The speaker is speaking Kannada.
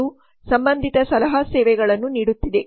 ಸಂಬಂಧಿತ ಸಲಹಾ ಸೇವೆಗಳನ್ನು ನೀಡುತ್ತಿದೆ